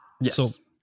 yes